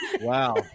Wow